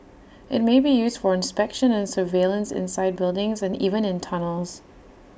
IT may be used for inspection and surveillance inside buildings and even in tunnels